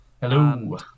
Hello